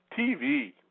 TV